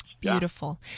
Beautiful